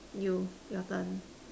you your turn